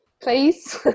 please